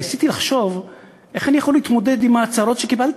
ניסיתי לחשוב איך אני יכול להתמודד עם הצרות שקיבלתי,